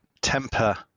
Temper